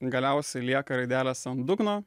galiausiai lieka raidelės an dugno